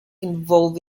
involved